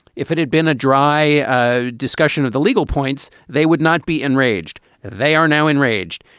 if it had been a dry ah discussion of the legal points, they would not be enraged. they are now enraged.